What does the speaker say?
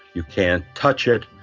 you can't touch it.